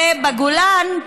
בגולן,